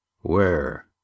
Where